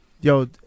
Yo